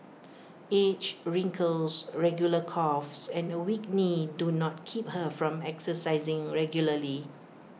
age wrinkles regular coughs and A weak knee do not keep her from exercising regularly